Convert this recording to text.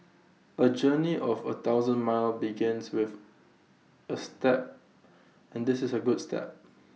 A journey of A thousand miles begins with A step and this is A good step